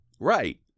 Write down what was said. Right